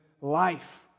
life